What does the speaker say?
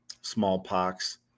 smallpox